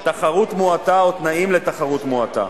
תחרות מועטה או תנאים לתחרות מועטה.